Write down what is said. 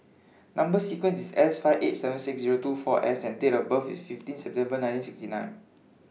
Number sequence IS S five eight seven six Zero two four S and Date of birth IS fifteen September nineteen sixty nine